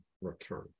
return